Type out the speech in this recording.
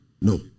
No